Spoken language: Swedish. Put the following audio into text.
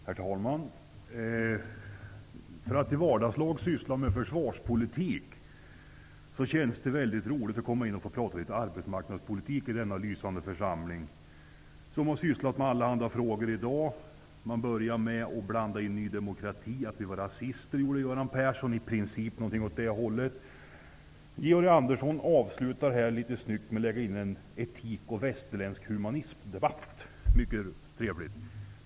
Herr talman! För att i vardagslag syssla med försvarspolitik, känns det mycket roligt att debattera litet arbetsmarknadspolitik i denna lysande församling, en församling som har sysslat med många andra frågor i dag. Göran Persson blandade in Ny demokrati med att i princip säga att vi i Ny demokrati var rasister -- i alla fall någonting åt det hållet. Georg Andersson avslutar dagens debatter med att tillföra kammaren en debatt om etik och västerländsk humanism. Det är mycket trevligt.